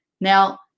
Now